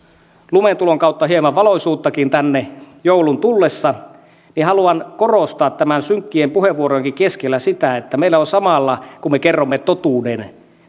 lumentulon kautta hieman valoisuuttakin tänne joulun tullessa haluan korostaa näiden synkkien puheenvuorojenkin keskellä sitä että meidän on samalla kun me kerromme totuuden